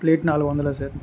plate నాలుగు వందలా sir